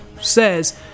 says